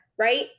Right